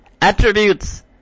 attributes